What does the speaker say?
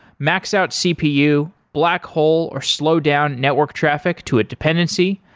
max out cpu, black hole or slow down network traffic to a dependency,